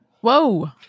whoa